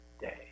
day